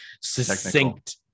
succinct